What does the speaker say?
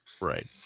Right